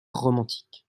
romantique